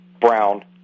Brown